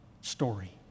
story